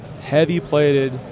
heavy-plated